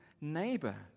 neighbor